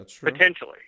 potentially